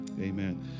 Amen